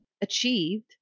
achieved